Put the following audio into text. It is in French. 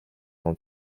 son